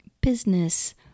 business